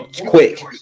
Quick